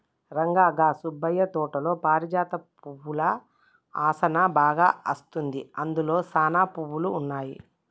రంగా గా సుబ్బయ్య తోటలో పారిజాత పువ్వుల ఆసనా బాగా అస్తుంది, అందులో సానా పువ్వులు ఉన్నాయి